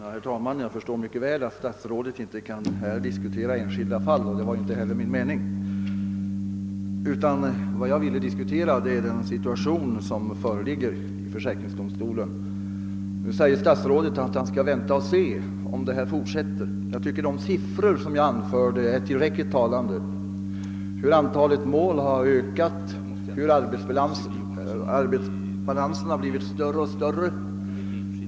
Herr talman! Jag förstår mycket väl att statsrådet inte kan diskutera enskilda fall, och det var heller inte min mening att ta upp en debatt om ett sådant. Vad jag vill diskutera är den situation som föreligger i försäkringsdomstolen. Statsrådet säger att han skall vänta och se om arbetsbelastningen fortsätter att öka. Jag tycker emellertid att de siffror över ökningen av antalet mål, som ej är avgjorda, som jag anförde är tillräckligt talande — de visar att arbetsbelastningen blivit större och större.